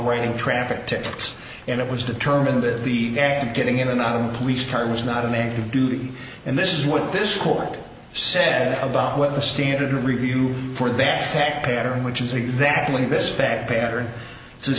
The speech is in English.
tickets and it was determined that the getting in and out of the police turn was not an active duty and this is what this court said about what the standard review for that fact pattern which is exactly this fact pattern